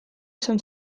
esan